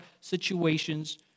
situations